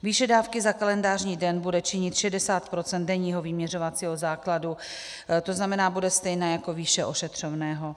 Výše dávky za kalendářní den bude činit 60 % denního vyměřovacího základu, tzn. bude stejná jako výše ošetřovného.